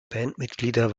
bandmitglieder